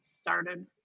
started